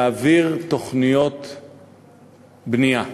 להעביר תוכניות בנייה.